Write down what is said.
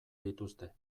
dituzte